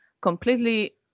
completely